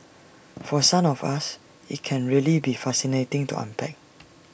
for some of us IT can really be fascinating to unpack